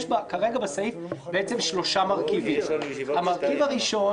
יש כרגע בסעיף שלושה מרכיבים: המרכיב הראשון